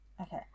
Okay